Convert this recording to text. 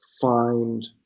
find